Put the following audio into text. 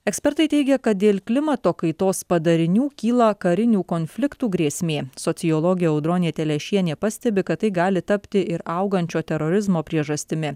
ekspertai teigia kad dėl klimato kaitos padarinių kyla karinių konfliktų grėsmė sociologė audronė telešienė pastebi kad tai gali tapti ir augančio terorizmo priežastimi